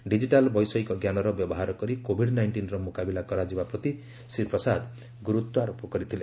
digital ବୈଷୟିକଜ୍ଞାନର ବ୍ୟବହାର କରି କୋଭିଡ୍ ନାଇଷ୍ଟିନ୍ର ମୁକାବିଲା କରାଯିବା ପ୍ରତି ଶ୍ରୀ ପ୍ରସାଦ ଗୁରୁତ୍ୱାରୋପ କରିଥିଲେ